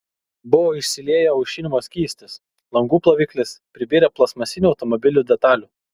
buvo išsilieję aušinimo skystis langų ploviklis pribirę plastmasinių automobilių detalių